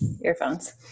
earphones